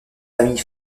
famille